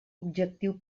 objectiu